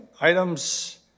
items